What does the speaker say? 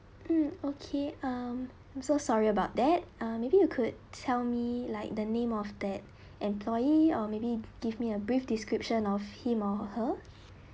mm okay um I'm so sorry about that uh maybe you could tell me like the name of that employee or maybe give me a brief description of him or her